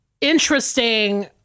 interesting